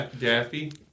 Daffy